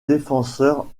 défenseur